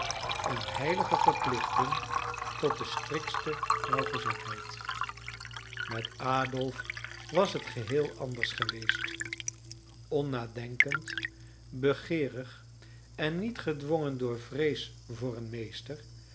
en heilige verplichting tot de striktste nauwgezetheid met adolf was het geheel anders geweest onnadenkend begeerig en niet gedwongen door vrees voor een meester